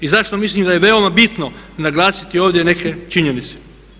I zašto mislim da je veoma bitno naglasiti ovdje neke činjenice.